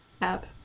app